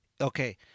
Okay